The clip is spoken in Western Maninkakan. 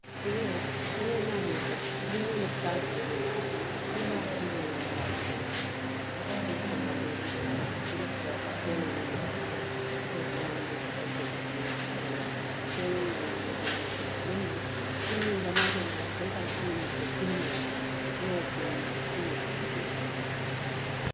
Ee yo telee niŋ a be i bulu, dindiŋo lafita a juubee la. I be a fiiloolu le baransee la, i ye komandoo taa, i ye a dikki. I lafita seenoo muŋ mutala, i ye komandoo taa, i ye woto dikki a ye a naa, senoo ñiŋ ye naa, i ye dindiŋo sindi; niŋ duŋ dindiŋolu itelu jamaa jamaa i ka lafi ñiŋ mikee filimoolu le la. I wo kee i ye jee, i ye sii i ye a juubee.